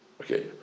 Okay